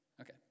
okay